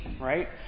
right